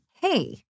hey